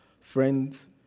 Friends